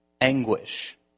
anguish